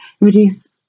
reduce